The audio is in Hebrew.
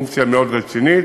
זו פונקציה מאוד רצינית,